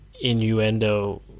innuendo